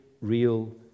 real